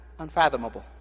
Unfathomable